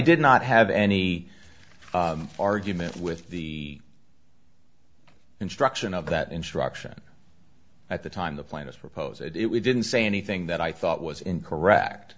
did not have any argument with the instruction of that instruction at the time the plaintiffs proposed it we didn't say anything that i thought was incorrect